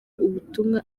ubutumwa